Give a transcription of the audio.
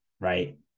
right